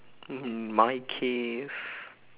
um my case